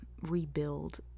rebuild